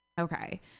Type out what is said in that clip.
okay